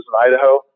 Idaho